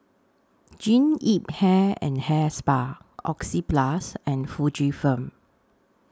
Jean Yip Hair and Hair Spa Oxyplus and Fujifilm